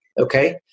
Okay